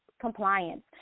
compliance